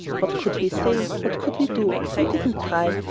what could we say? what could we do? we didn't try.